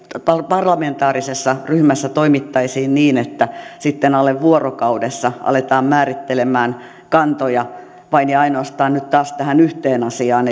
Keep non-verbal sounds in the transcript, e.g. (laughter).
parlamentaarisessa ryhmässä toimittaisiin niin että sitten alle vuorokaudessa aletaan määrittelemään kantoja vain ja ainoastaan nyt taas tähän yhteen asiaan (unintelligible)